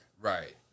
Right